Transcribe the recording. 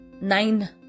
nine